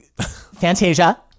Fantasia